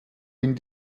ihn